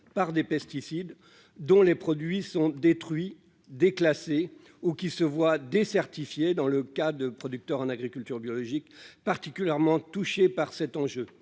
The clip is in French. par des pesticides dont les produits sont détruits déclassé ou qui se voient décertifier dans le cas de producteurs en agriculture biologique, particulièrement touchée par cet enjeu